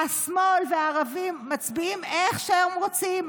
השמאל והערבים מצביעים איך שהם רוצים,